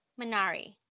Minari